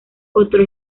otro